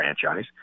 franchise